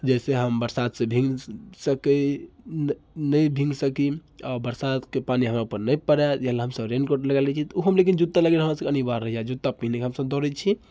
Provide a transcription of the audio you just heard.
जाहि से हम बरसातसँ भीङ्ग सकैत नहि भिङ्ग सकी आओर बरसातके पानी हमरा ऊपर नहि पड़ै इहए लए हमसब रेनकोट लगाए लै छी तऽ ओहोमे लेकिन जुत्ता लगेनाइ हमरा सबके अनिवार्य रहैए जुत्ता पहिने कऽ हमसब दौड़ैत छी